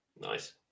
nice